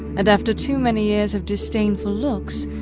and after too many years of disdainful looks,